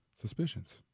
suspicions